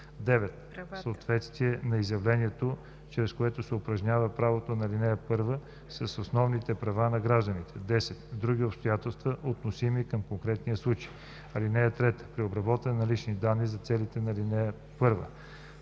1; 9. съответствието на изявлението, чрез което се упражняват правата по ал. 1, с основните права на гражданите; 10. други обстоятелства, относими към конкретния случай. (3) При обработване на лични данни за целите по ал. 1: